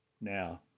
now